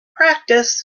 practice